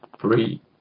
three